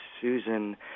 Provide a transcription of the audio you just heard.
Susan